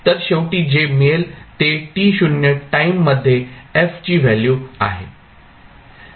तर शेवटी जे मिळेल ते to टाईम मध्ये f ची व्हॅल्यू आहे